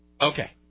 Okay